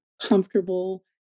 comfortable